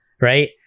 right